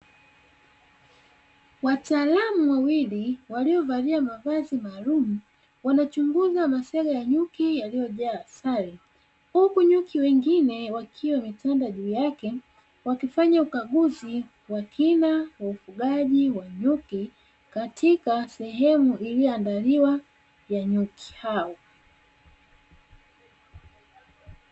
Wataalamu wawili waliovalia mavazi maalumu wanachunguza masega ya nyuki yaliyojaa asali, huku nyuki wengine wakiwa wametanda juu yake, wakifanya ukaguzi wa kina wa ufugaji wa nyuki katika sehemu iliyoandaliwa ya nyuki hao.